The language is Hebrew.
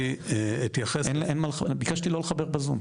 אני אתייחס --- ביקשתי לא לחבר בזום,